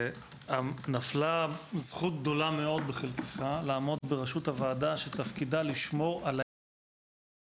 נפלה זכות גדולה מאוד בחלקך לעמוד ברשות הוועדה שתפקידה לשמור על היקר